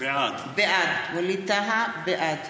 בעד